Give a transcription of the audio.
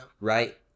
Right